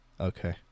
Okay